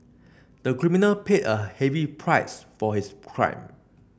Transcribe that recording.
the criminal paid a heavy price for his crime